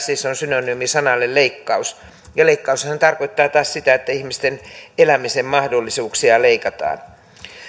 siis on synonyymi sanalle leikkaus leikkaushan tarkoittaa taas sitä että ihmisten elämisen mahdollisuuksia leikataan